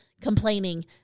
complaining